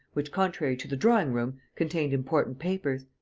which, contrary to the drawing-room, contained important papers.